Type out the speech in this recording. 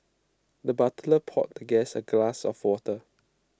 the butler poured the guest A glass of water